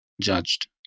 judged